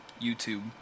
YouTube